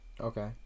Okay